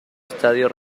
estadio